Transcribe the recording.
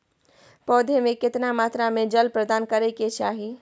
पौधों में केतना मात्रा में जल प्रदान करै के चाही?